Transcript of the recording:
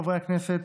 חברי הכנסת,